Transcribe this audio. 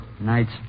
Nights